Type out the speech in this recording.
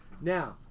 Now